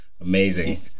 Amazing